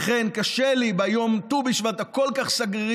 לכן קשה לי ביום ט"ו בשבט הכל-כך סגרירי